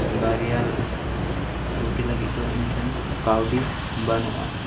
ᱵᱟᱨᱭᱟ ᱨᱩᱴᱤ ᱞᱟᱹᱜᱤᱫ ᱫᱤ ᱤᱧ ᱴᱷᱮᱱ ᱠᱟᱹᱣᱰᱤ ᱵᱟᱱᱩᱜᱼᱟ